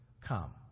come